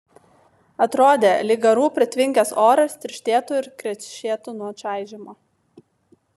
atrodė lyg garų pritvinkęs oras tirštėtų ir krešėtų nuo čaižymo